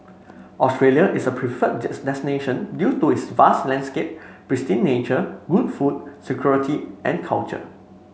Australia is a preferred destination due to its vast landscape pristine nature good food security and culture